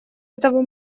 этого